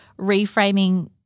reframing